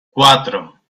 cuatro